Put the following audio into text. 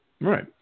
Right